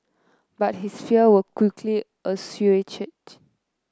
but his fear were quickly assuaged